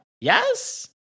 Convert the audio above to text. Yes